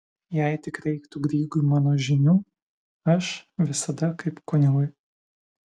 jei tik reiktų grygui mano žinių aš visada kaip kunigui